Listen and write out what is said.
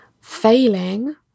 Failing